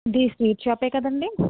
ఇది sweet shop కదండి